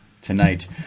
tonight